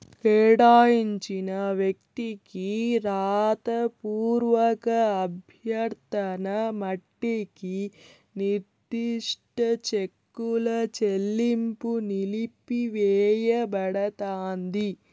కేటాయించిన వ్యక్తికి రాతపూర్వక అభ్యర్థన మట్టికి నిర్దిష్ట చెక్కుల చెల్లింపు నిలిపివేయబడతాంది